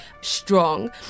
strong